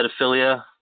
pedophilia